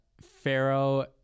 Pharaoh